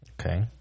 Okay